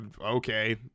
okay